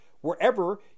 wherever